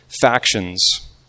factions